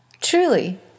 Truly